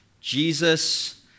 Jesus